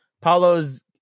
Paulo's